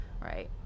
right